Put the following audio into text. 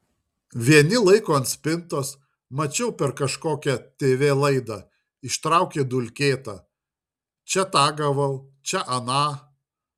vieni laiko ant spintos mačiau per kažkokią tv laidą ištraukė dulkėtą čia tą gavau čia aną